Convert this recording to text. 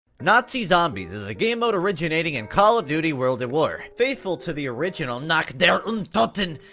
nazi zombies is a game mode originating in call of duty world at war faithful to the original nacht der untoten,